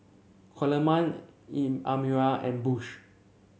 Coleman Amira and Bush